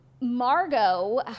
Margot